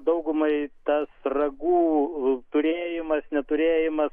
daugumai tas ragų turėjimas neturėjimas